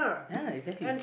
ya exactly